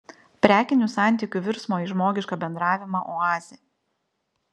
prekinių santykių virsmo į žmogišką bendravimą oazė